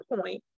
point